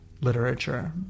literature